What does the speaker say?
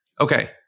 Okay